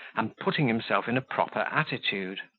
and putting himself in a proper attitude.